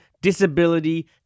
disability